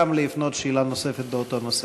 גם להפנות שאלה נוספת באותו נושא.